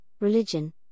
religion